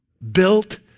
Built